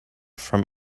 from